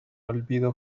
olvido